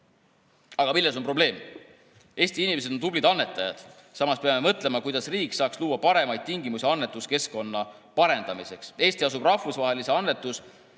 Aga milles on probleem? Eesti inimesed on tublid annetajad. Samas peame mõtlema, kuidas riik saaks luua paremaid tingimusi annetuskeskkonna parendamiseks. Eesti asub rahvusvahelises